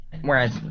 Whereas